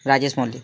Rajesh Mallick